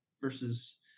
versus